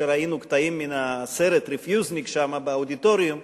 כשראינו קטעים מהסרט "רפיוזניק" באודיטוריום,